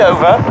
Over